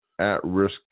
at-risk